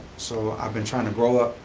so i've been tryin' to grow up,